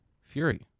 Fury